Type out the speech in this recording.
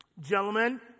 Gentlemen